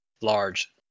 large